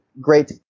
great